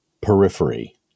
periphery